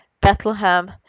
Bethlehem